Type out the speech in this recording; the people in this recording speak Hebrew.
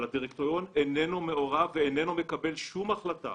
הדירקטוריון איננו מעורב ואיננו מקבל שום החלטה